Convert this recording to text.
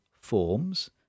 forms